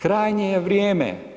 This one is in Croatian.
Krajnje je vrijeme.